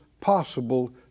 possible